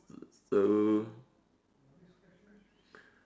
err